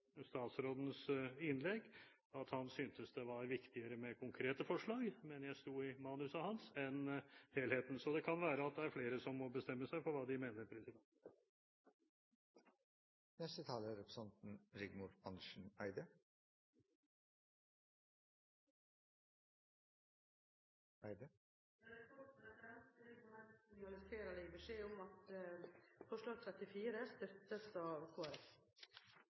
statsrådens innlegg at han syntes det var viktigere med konkrete forslag – mener jeg at det sto i manuset hans – enn med helheten, så det kan være at det er flere som må bestemme seg for hva de mener. Jeg vil bare gi beskjed om at forslag nr. 34 støttes av